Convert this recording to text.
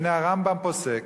והנה, הרמב"ם פוסק